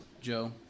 Joe